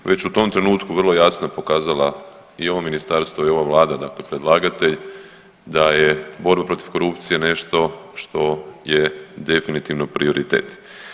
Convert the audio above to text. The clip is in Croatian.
Već u tom trenutku vrlo je jasno pokazala i ovo ministarstvo i ova vlada dakle predlagatelj da je borba protiv korupcije nešto što je definitivno prioritet.